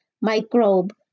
microbe